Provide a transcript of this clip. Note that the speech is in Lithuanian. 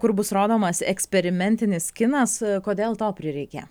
kur bus rodomas eksperimentinis kinas kodėl to prireikė